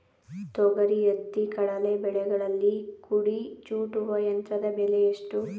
ತೊಗರಿ, ಹತ್ತಿ, ಕಡಲೆ ಬೆಳೆಗಳಲ್ಲಿ ಕುಡಿ ಚೂಟುವ ಯಂತ್ರದ ಬೆಲೆ ಎಷ್ಟು?